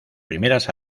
primeras